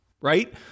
right